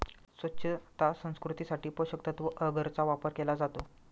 स्वच्छता संस्कृतीसाठी पोषकतत्त्व अगरचा वापर केला जातो